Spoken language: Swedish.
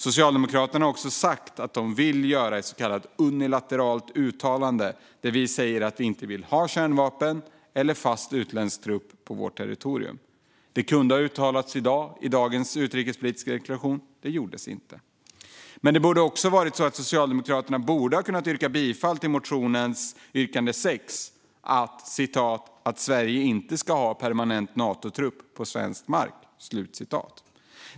Socialdemokraterna har också sagt att de vill att Sverige gör ett så kallat unilateralt uttalande där vi säger att vi inte vill ha kärnvapen eller fast utländsk trupp på vårt territorium. Det kunde ha uttalats i dag, i dagens utrikespolitiska deklaration, men det gjordes inte. Borde då inte Socialdemokraterna ha kunnat yrka bifall till motionens yrkande 6 om att Sverige inte ska ha permanent Natotrupp på svensk mark?